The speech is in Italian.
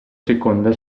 seconda